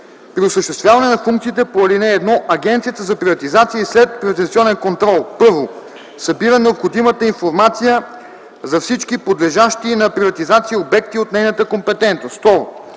При осъществяване на функциите по ал. 1 Агенцията за приватизация и следприватизационен контрол: 1. събира необходимата информация за всички подлежащи на приватизация обекти от нейната компетентност;